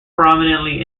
prominently